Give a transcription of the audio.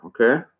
okay